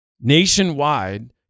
nationwide